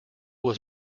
was